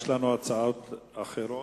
יש לנו הצעות אחרות.